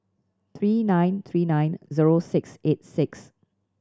three nine three nine zero six eight six